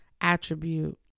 attribute